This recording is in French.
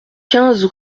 quinze